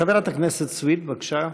חברת הכנסת סויד, בבקשה.